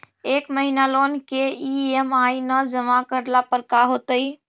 एक महिना लोन के ई.एम.आई न जमा करला पर का होतइ?